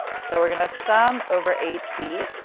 so we're going to sum over a t,